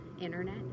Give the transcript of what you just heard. internet